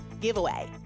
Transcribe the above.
giveaway